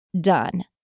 done